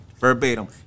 verbatim